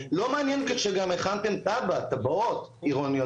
לא מעניין גם שהכנתם תב"עות עירוניות.